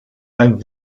ein